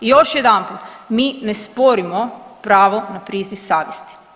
I još jedanput, mi ne sporimo pravo na priziv savjesti.